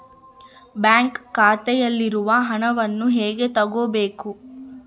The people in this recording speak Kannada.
ಬ್ಯಾಂಕ್ ಖಾತೆಯಲ್ಲಿರುವ ಹಣವನ್ನು ಹೇಗೆ ತಗೋಬೇಕು?